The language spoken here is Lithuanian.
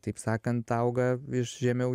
taip sakant auga vis žemiau